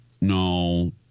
No